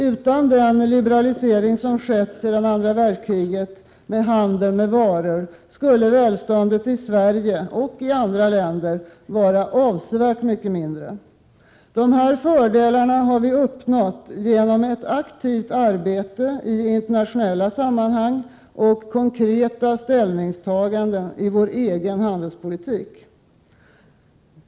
Utan den liberalisering som sedan andra världskriget skett med handeln med varor skulle välståndet i Sverige — och i andra länder — vara avsevärt mindre. Dessa fördelar har vi uppnått genom ett aktivt arbete i internationella sammanhang och konkreta ställningstaganden i vår egen handelspolitik.